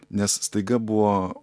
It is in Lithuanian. nes staiga buvo